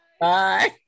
Bye